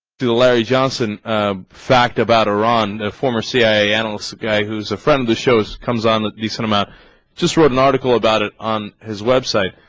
dual-key johnson ah. fact about around a former c i a analyst guy who's a friend of shows comes on at the cinema just wrote an article about it on has website